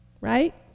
right